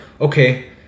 okay